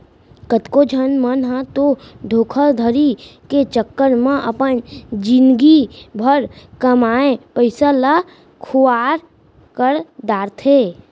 कतको झन मन ह तो धोखाघड़ी के चक्कर म अपन जिनगी भर कमाए पइसा ल खुवार कर डारथे